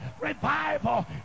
revival